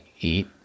eat